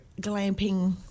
glamping